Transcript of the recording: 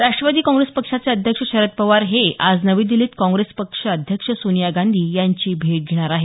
Rashtrawadi Congress पक्षाचे अध्यक्ष शरद पवार हे आज नवी दिल्लीत काँग्रेस पक्ष अध्यक्ष सोनिया गांधी यांची भेट घेणार आहेत